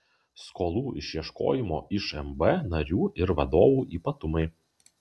skolų išieškojimo iš mb narių ir vadovų ypatumai